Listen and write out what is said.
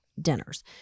dinners